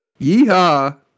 yeehaw